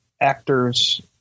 actors